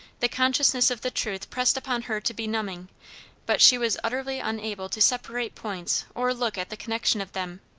the consciousness of the truth pressed upon her to benumbing but she was utterly unable to separate points or look at the connection of them.